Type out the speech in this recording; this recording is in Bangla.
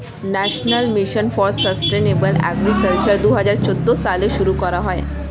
national Mission for Sustainable Agriculture দুহাজার চৌদ্দ সালে শুরু করা হয়